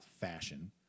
fashion